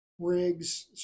rigs